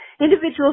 individuals